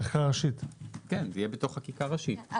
זה יהיה בחקיקה ראשית.